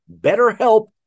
BetterHelp